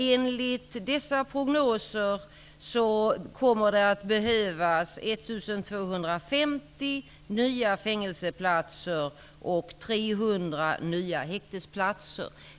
Enligt dessa prognoser kommer det att behövas 1 250 nya fängelseplatser och 300 nya häktesplatser.